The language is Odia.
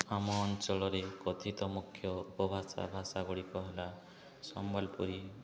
ଆମ ଅଞ୍ଚଳରେ କଥିତ ମୁଖ୍ୟ ଉପଭାଷା ଭାଷା ଗୁଡ଼ିକ ହେଲା ସମ୍ବଲପୁରୀ